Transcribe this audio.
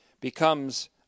becomes